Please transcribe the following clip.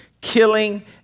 killing